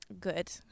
good